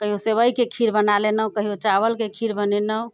कहियो सेबइके खीर बना लेनहुँ कहियो चावलके खीर बनेनहुँ